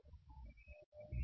B A